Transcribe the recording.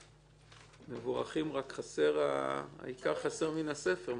אתם מבורכים רק שהעיקר חסר מן הספר.